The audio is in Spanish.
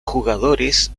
jugadores